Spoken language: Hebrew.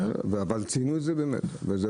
מקלב: כשהייתי יושב-ראש ועדת המדע היו לי שלוש ועדות משנה,